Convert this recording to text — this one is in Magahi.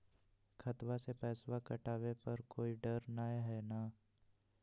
खतबा से पैसबा कटाबे पर कोइ डर नय हय ना?